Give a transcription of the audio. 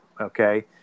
okay